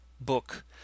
book